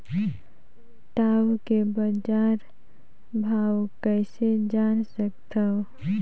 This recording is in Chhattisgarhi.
टाऊ के बजार भाव कइसे जान सकथव?